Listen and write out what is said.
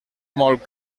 molt